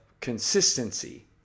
consistency